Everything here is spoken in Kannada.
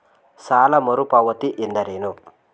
ಸಾಲ ಮರುಪಾವತಿ ಎಂದರೇನು?